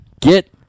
get